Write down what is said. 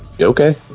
Okay